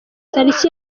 tariki